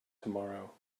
tomorrow